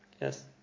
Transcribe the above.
Yes